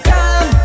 Come